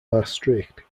maastricht